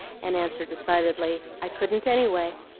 and answer decidedly i couldn't anyway.